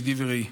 ידידי ורעי.